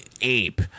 ape